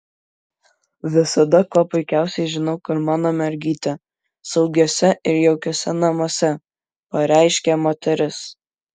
visada kuo puikiausiai žinau kur mano mergytė saugiuose ir jaukiuose namuose pareiškė moteris